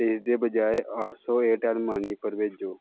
ते इसदे बजाए अट्ठ सौ एयरटैल्ल मनी पर भेजो